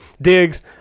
Diggs